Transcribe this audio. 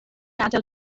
adael